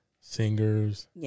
singers